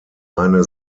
eine